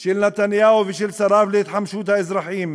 של נתניהו ושל שריו להתחמשות האזרחים,